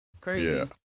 crazy